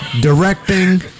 directing